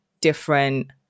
different